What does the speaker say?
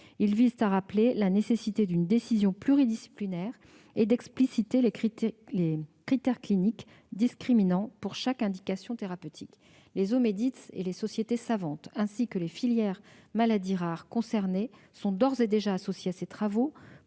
Ils visent à rappeler la nécessité d'une décision pluridisciplinaire et d'une explicitation des critères cliniques discriminants pour chaque indication thérapeutique. Les Omedit et les sociétés savantes, ainsi que les filières « maladies rares » concernées, sont d'ores et déjà associés à ces travaux,